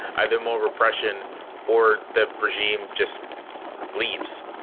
either more repression or the bridge team just leaves